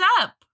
up